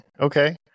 Okay